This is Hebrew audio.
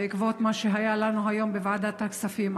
בעקבות מה שהיה לנו היום בוועדת הכספים.